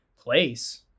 place